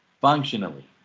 functionally